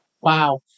Wow